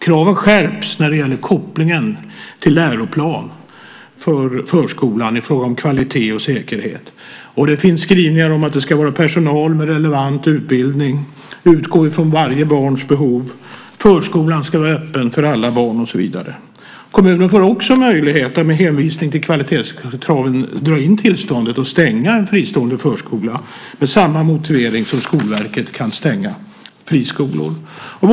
Kraven skärps när det gäller kopplingen till läroplanen för förskolan i fråga om kvalitet och säkerhet. Det finns skrivningar om att det ska vara personal med relevant utbildning, att man ska utgå ifrån varje barns behov, att förskolan ska vara öppen för alla barn och så vidare. Kommunen får också möjlighet att med hänvisning till kvalitetskraven dra in tillståndet och stänga en fristående förskola med samma motivering som Skolverket kan stänga friskolor med.